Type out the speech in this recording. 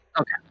okay